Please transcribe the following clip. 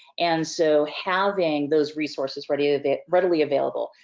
and so having those resources readily ah readily available,